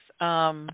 Yes